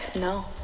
no